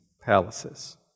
palaces